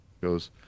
goes